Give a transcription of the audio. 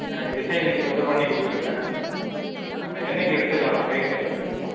எனக்கு டிசைன் இன்றைக்கு மட்டும் பண்ணி கொடுத்துருங்க என்றைக்கு எடுத்துக்கலாம் கைக்கு என்றைக்கு வாங்கிக்கலாம்